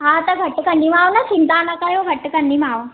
हा त घटि कंदीमांव न चिंता न कयो घटि कंदीमांव